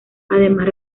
además